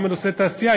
גם בתחום התעשייה,